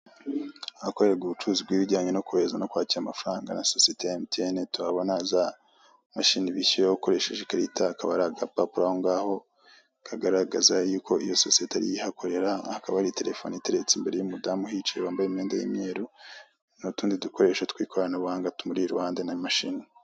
Aha korerwa ubucuruzi bw'ibijyanye no kweheza no kwakira amafaranga na sosiyete ya MTN. Turahabona zamashini bishyuye ukoresheje ikarita. Hakaba hari agapapuro aho ngaho kagaragaza yuko iyo sosiyete ariyo ihakorera. Hakaba hari terefone iteretse imbere y'umudamu uhicaye wambaye imyenda y'imyeruru n'utundi dukoresho tw'ikoranabuhanga tumuri iruhande na mashini.